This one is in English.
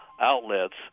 outlets